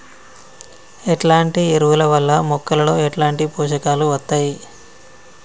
ఎట్లాంటి ఎరువుల వల్ల మొక్కలలో ఎట్లాంటి పోషకాలు వత్తయ్?